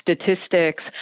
statistics